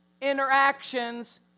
interactions